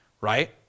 right